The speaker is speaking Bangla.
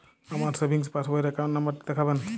আমার সেভিংস পাসবই র অ্যাকাউন্ট নাম্বার টা দেখাবেন?